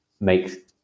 make